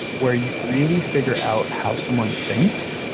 where you really figure out how someone thinks,